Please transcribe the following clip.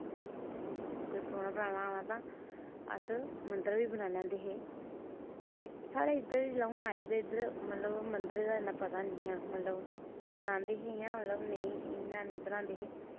परौह्ना पराह्ना आवै तां अस मद्धरा बी बनाई लैंदे हे भी साढ़े इद्धर जिल्लै हून आई ते मतलब मद्धरे दा इन्ना पता हैनी ऐ हा मतलब बनांदे हे इ'यां मतलब नेईं इ'यां हैनीं बनांदे हे